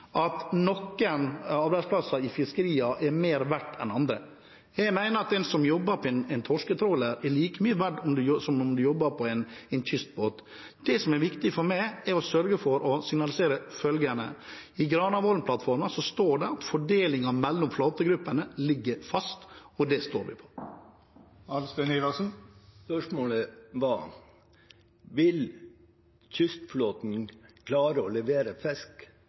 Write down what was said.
at noen arbeidsplasser i fiskeriene er mer verdt enn andre. Jeg mener at den som jobber på en torsketråler, er like mye verdt som den som jobber på en kystbåt. Det som er viktig for meg, er å sørge for å signalisere følgende: I Granavolden-plattformen står det at fordelingen mellom flåtegruppene ligger fast, og det står vi ved. Spørsmålet var: Vil kystflåten klare å levere fisk